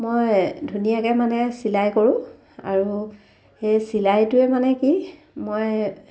মই ধুনীয়াকৈ মানে চিলাই কৰোঁ আৰু সেই চিলাইটোৱে মানে কি মই